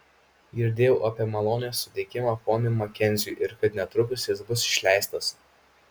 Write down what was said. girdėjau apie malonės suteikimą ponui makenziui ir kad netrukus jis bus išleistas